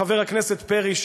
חבר הכנסת פרי,